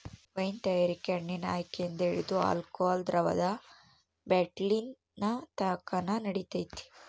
wine ತಯಾರಿಕೆ ಹಣ್ಣಿನ ಆಯ್ಕೆಯಿಂದ ಹಿಡಿದು ಆಲ್ಕೋಹಾಲ್ ದ್ರವದ ಬಾಟ್ಲಿನತಕನ ನಡಿತೈತೆ